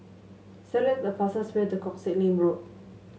select the fastest way to Koh Sek Lim Road